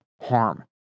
harm